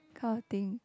kind of thing